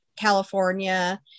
California